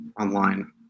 online